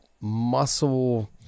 muscle